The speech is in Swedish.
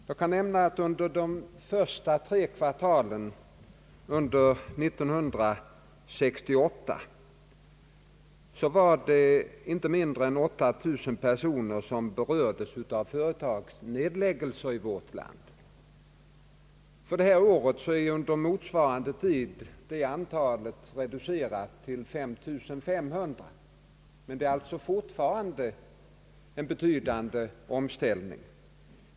Jag kan nämna att under de första tre kvartalen 1968 berördes inte mindre än 8 000 personer av företagsnedläggelser i vårt land. För detta år är under motsvarande tid det antalet reducerat till 5 500, men åcet är alltså fortfarande fråga om en betydande omställning.